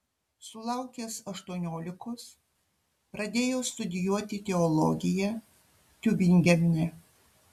sulaukęs aštuoniolikos pradėjo studijuoti teologiją tiubingene